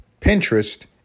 Pinterest